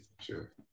Sure